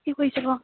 কি কৰিছে বাৰু